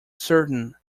certain